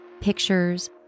pictures